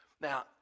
Now